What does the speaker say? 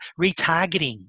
retargeting